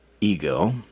ego